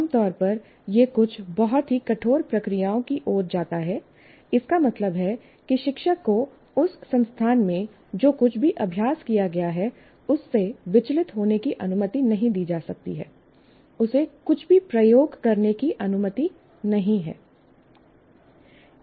आम तौर पर यह कुछ बहुत ही कठोर प्रक्रियाओं की ओर जाता है इसका मतलब है कि शिक्षक को उस संस्थान में जो कुछ भी अभ्यास किया गया है उससे विचलित होने की अनुमति नहीं दी जा सकती है उसे कुछ भी प्रयोग करने की अनुमति नहीं है